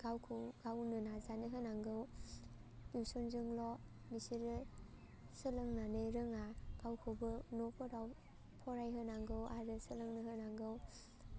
गावखौ गावनो नाजानो होनांगौ टिउस'नजोंल' बिसोरो सोलोंनानै रोङा गावखौबो न'फोराव फरायहोनांगौ आरो सोलोंहोनांगौ